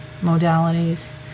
modalities